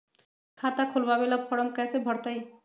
खाता खोलबाबे ला फरम कैसे भरतई?